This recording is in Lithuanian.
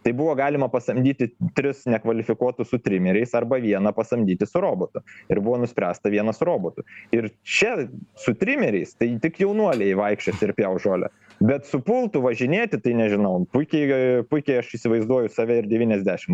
tai buvo galima pasamdyti tris nekvalifikuotus su trimeriais arba vieną pasamdyti su robotu ir buvo nuspręsta vieną su robotu ir čia su trimeriais tai tik jaunuoliai vaikščios ir pjaus žolę bet su pultu važinėti tai nežinau puikiai puikiai aš įsivaizduoju save ir devyniasdešim